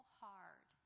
hard